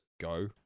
go